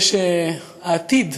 העתיד